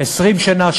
20 שנה,